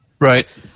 Right